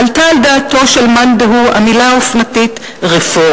עלתה על דעתו של מאן דהוא המלה האופנתית "רפורמה".